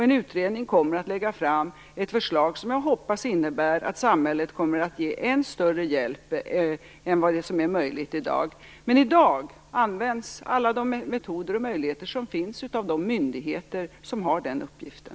En utredning kommer också att lägga fram ett förslag som jag hoppas innebär att samhället kommer att ge än större hjälp än vad som är möjligt i dag. Men i dag används alla de metoder och möjligheter som finns av de myndigheter som har den uppgiften.